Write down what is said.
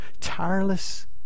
tireless